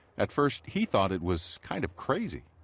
at first he thought it was kind of crazy.